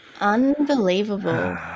Unbelievable